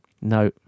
No